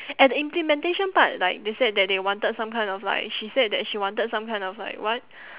at the implementation part like they said that they wanted some kind of like she said that she wanted some kind of like what